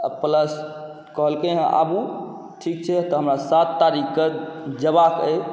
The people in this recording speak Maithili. प्लस कहलकै हँ आबू ठीक छै तऽ हमरा सात तारीखके जेबाके अइ